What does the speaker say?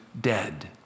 dead